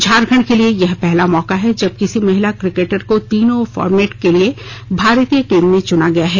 झारखंड के लिए यह पहला मौका है जब किसी महिला क्रिकेटर को तीनों फॉर्मेट के लिए भारतीय टीम में चुना गया है